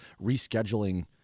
rescheduling